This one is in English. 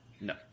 No